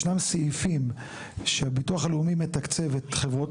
ישנם סעיפים שהביטוח הלאומי מתקצב את חברות